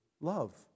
Love